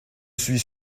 suis